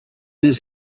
his